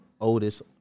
oldest